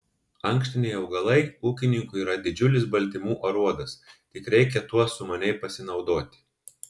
ankštiniai augalai ūkininkui yra didžiulis baltymų aruodas tik reikia tuo sumaniai pasinaudoti